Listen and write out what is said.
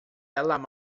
ela